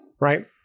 right